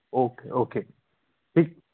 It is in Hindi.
ओके ओके ठीक